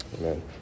Amen